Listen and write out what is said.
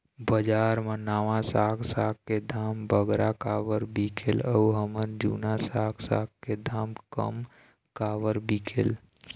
बजार मा नावा साग साग के दाम बगरा काबर बिकेल अऊ हमर जूना साग साग के दाम कम काबर बिकेल?